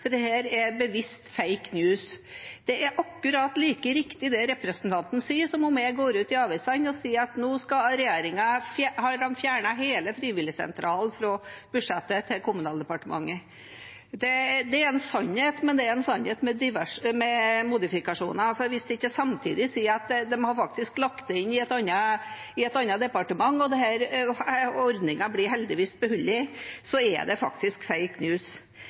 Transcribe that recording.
for dette er bevisst «fake news». Det representanten sier, er akkurat like riktig som om jeg skulle gå ut i avisene og si at nå har regjeringen fjernet hele frivilligsentralen fra budsjettet til Kommunaldepartementet. Det er en sannhet, men det er en sannhet med modifikasjoner, for hvis jeg ikke samtidig sier at de har lagt det inn under et annet departement og ordningen heldigvis blir beholdt, er det faktisk